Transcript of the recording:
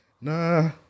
Nah